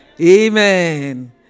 Amen